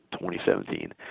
2017